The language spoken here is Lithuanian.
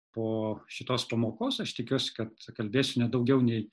po šitos pamokos aš tikiuosi kad kalbėsiu ne daugiau nei